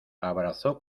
abrazó